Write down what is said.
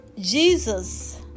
Jesus